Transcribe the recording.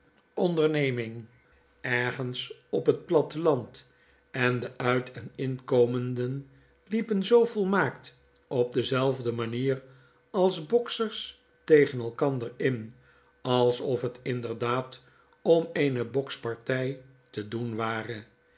onderneming ergens op het platteland en de uit en inkomenden liepen zoo volmaakt op dezelfde manier als boksers tegen elkander in alsof het inderdaad om eene boksparty te doen ware